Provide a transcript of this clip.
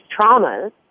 traumas